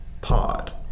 pod